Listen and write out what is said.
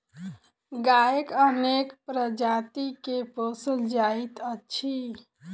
गायक अनेक प्रजाति के पोसल जाइत छै